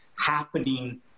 happening